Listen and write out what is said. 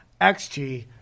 XG